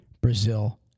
Brazil